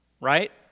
Right